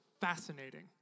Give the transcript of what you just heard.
fascinating